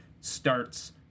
starts